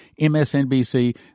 MSNBC